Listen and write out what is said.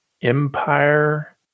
empire